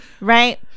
right